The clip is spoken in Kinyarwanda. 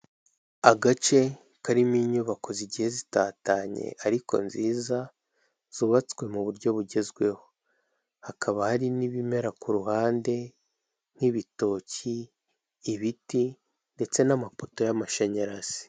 Agace karimo inyubako zigiye zitatanye ariko nziza zubatswe mu buryo bugezweho, hakaba hari n'ibimera ku ruhande nk'ibitoki, ibiti ndetse n'amapoto y'amashanyarazi.